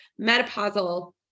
menopausal